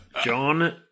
John